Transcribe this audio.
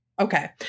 Okay